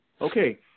Okay